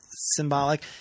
symbolic